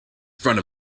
front